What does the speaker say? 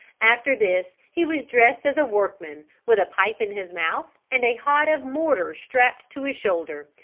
after this he was dressed as a workman, with a pipe in his mouth and a hod of mortar strapped to his shoulder,